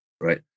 right